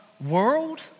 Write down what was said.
world